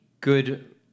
good